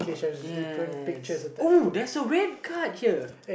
yes oh there's a red card here